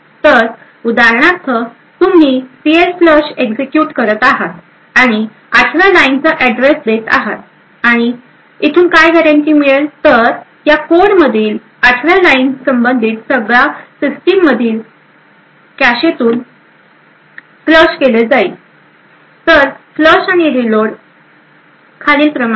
तर उदाहरणार्थ तुम्ही सीएलफ्लश एक्झिक्युट करत आहात आणि आठव्या लाईन चा ऍड्रेस देत आहात आणि इथून काय गॅरेंटी मिळेल तर या कोड मधील आठव्या लाईन संबंधित सगळा सिस्टीम मधील कॅशे तून फ्लश केला जाईल तर फ्लश आणि रीलोड खालील प्रमाणे काम करतो